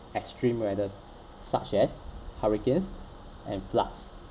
extreme weathers such as hurricanes and floods